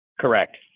Correct